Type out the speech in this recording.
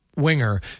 Winger